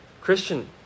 Christian